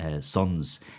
sons